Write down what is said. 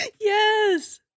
Yes